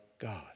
God